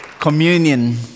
Communion